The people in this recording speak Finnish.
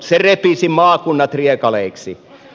se repisi maakunnat riekaleiksi